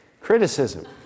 Criticism